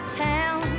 town